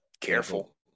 careful